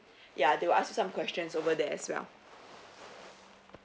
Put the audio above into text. ya they will ask you some questions over there as well